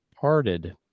parted